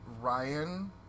Ryan